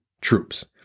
troops